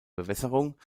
bewässerung